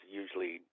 usually